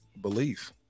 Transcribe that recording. belief